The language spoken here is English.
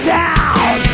down